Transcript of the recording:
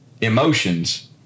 emotions